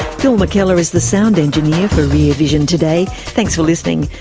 phil mckellar is the sound engineer for rear vision today. thanks for listening,